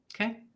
Okay